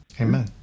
Amen